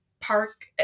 park